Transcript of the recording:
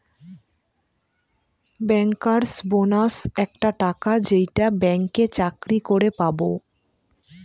bankers bonus একটা টাকা যেইটা ব্যাঙ্কে চাকরি করে পাবো